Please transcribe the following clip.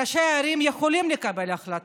ראשי הערים יכולים לקבל החלטות.